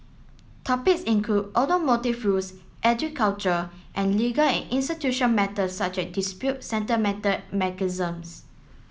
topics include automotive rules agriculture and legal and institutional matters such as dispute sentimental